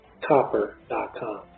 copper.com